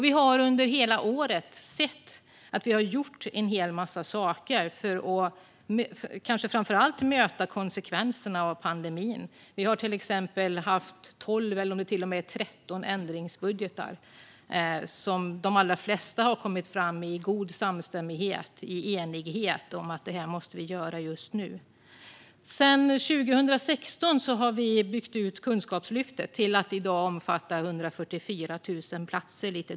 Vi har under hela året sett att vi har gjort en hel massa saker för att kanske framför allt möta konsekvenserna av pandemin. Vi har till exempel tolv eller till och med tretton ändringsbudgetar, av vilka de allra flesta har kommit fram i god samstämmighet och i enighet om att det här måste vi göra just nu. Sedan 2016 har vi byggt ut Kunskapslyftet till att i dag omfatta lite drygt 144 000 platser.